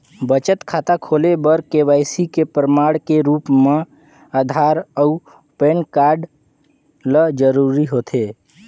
बचत खाता खोले बर के.वाइ.सी के प्रमाण के रूप म आधार अऊ पैन कार्ड ल जरूरी होथे